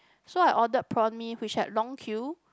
so I ordered Prawn Mee which had long queue